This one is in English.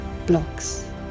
blocks